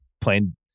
playing